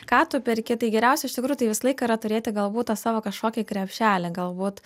ką tu perki tai geriausia iš tikrųjų tai visą laiką yra turėti galbūt tą savo kažkokį krepšelį galbūt